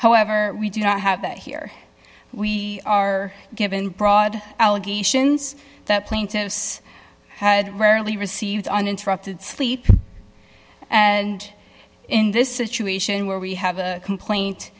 however we do not have that here we are given broad allegations that plaintiffs had rarely received uninterrupted sleep and in this situation where we have a complaint